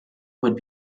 would